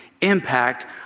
impact